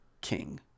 king